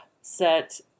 set